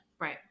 right